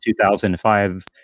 2005